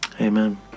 Amen